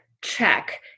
Check